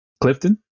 Clifton